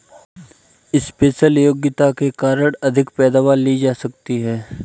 special योग्यता के कारण अधिक पैदावार ली जा सकती है